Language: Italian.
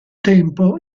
tempo